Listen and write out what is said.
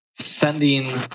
sending